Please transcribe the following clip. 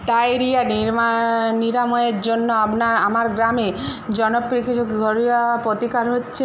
diarrhoea নিরাময়ের জন্য আপনার আমার গ্রামে জনপ্রিয় কিছু ঘরোয়া প্রতিকার হচ্ছে